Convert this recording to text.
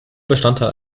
bestandteil